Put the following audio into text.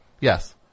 Yes